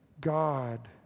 God